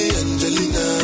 angelina